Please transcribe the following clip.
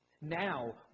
now